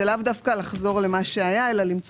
זה לאו דווקא לחזור למה שהיה אלא למצוא